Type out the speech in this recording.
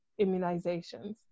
immunizations